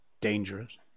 dangerous